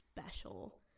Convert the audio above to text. special